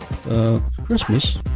Christmas